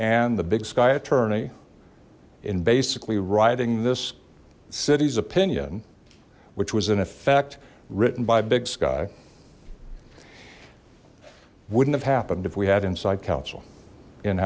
and the big sky attorney in basically riding this city's opinion which was in effect written by big sky wouldn't have happened if we had in